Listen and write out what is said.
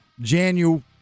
January